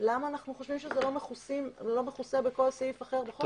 למה אנחנו חושבים שזה לא מכוסה בכל סעיף אחר בחוק.